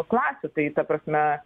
klasių tai ta prasme